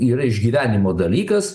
yra išgyvenimo dalykas